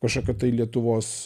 kašokio tai lietuvos